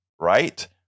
right